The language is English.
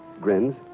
Grins